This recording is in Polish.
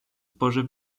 porze